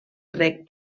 reg